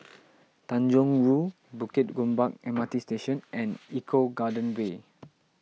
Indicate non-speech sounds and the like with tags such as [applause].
[noise] Tanjong Rhu Bukit Gombak M R T Station and Eco Garden Way